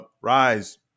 rise